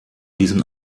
diesen